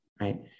right